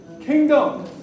Kingdom